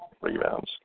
rebounds